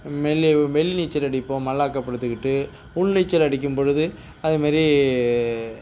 வெளி வெளி நீச்சல் அடிப்போம் மல்லாக்க படுத்துக்கிட்டு உள் நீச்சல் அடிக்கும் பொழுது அதுமாரி